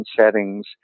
settings